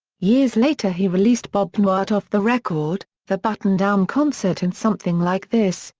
years later he released bob newhart off the record, the button-down concert and something like this,